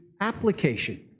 application